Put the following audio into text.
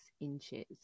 inches